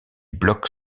blocs